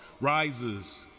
rises